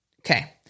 okay